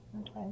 Okay